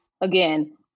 again